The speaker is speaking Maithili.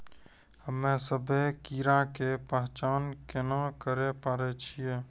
हम्मे सभ्भे कीड़ा के पहचान केना करे पाड़ै छियै?